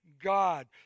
God